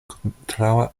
kontraŭa